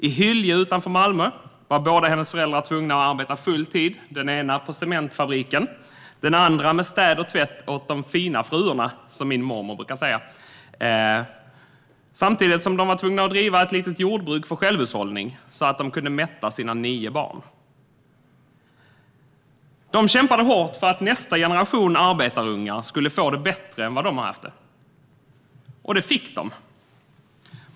I Hyllie utanför Malmö var båda hennes föräldrar tvungna att arbeta full tid, den ena på cementfabriken, den andra med städ och tvätt åt de fina fruarna, som min mormor brukar säga. Samtidigt drev de ett litet jordbruk för självhushållning så att de kunde mätta sina nio barn. De kämpade hårt för att nästa generation arbetarungar skulle få det bättre än vad de hade haft det, och det fick de.